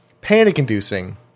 Panic-inducing